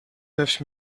neuf